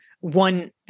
One